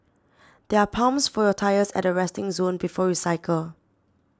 there are pumps for your tyres at the resting zone before you cycle